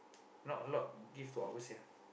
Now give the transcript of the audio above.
not a lot give two hour sia